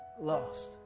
lost